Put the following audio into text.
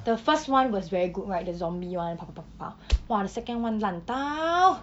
the first [one] was very good right the zombie [one] !wah! the second [one] 烂到